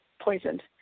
poisoned